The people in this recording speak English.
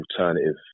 alternative